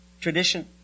Tradition